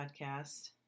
podcast